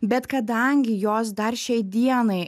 bet kadangi jos dar šiai dienai